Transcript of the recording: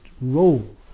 role